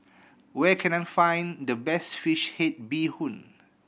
where can I find the best fish head bee hoon